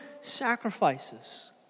sacrifices